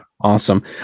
awesome